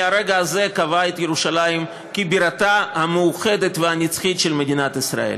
מהרגע הזה היא קבעה את ירושלים כבירתה המאוחדת והנצחית של מדינת ישראל,